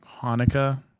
hanukkah